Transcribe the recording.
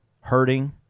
hurting